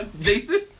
Jason